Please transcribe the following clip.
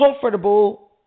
comfortable